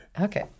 Okay